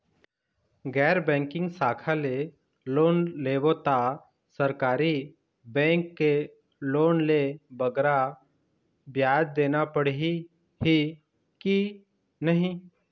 गैर बैंकिंग शाखा ले लोन लेबो ता सरकारी बैंक के लोन ले बगरा ब्याज देना पड़ही ही कि नहीं?